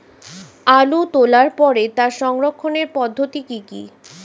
আলু তোলার পরে তার সংরক্ষণের পদ্ধতি কি কি?